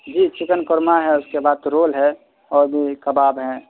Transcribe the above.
جی chicken korma ہے اس کے بعد رول ہے اور بھی کباب ہیں